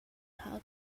how